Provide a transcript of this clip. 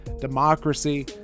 democracy